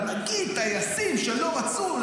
על נגיד טייסים שלא רצו,